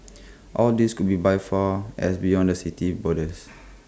all these could be by far as beyond the city's borders